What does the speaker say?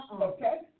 Okay